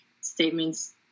statements